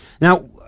now